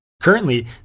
Currently